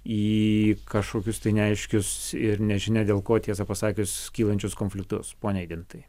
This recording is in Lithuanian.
įį kažkokius neaiškius ir nežinia dėl ko tiesą pasakius kylančius konfliktus pone eigintai